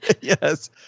Yes